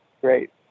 Great